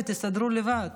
תסתדרו לבד.